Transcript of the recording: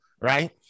right